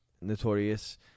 Notorious